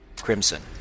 crimson